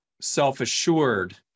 self-assured